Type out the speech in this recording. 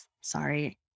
sorry